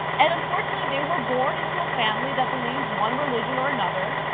and unfortunately they were born into a family that believes one religion or another,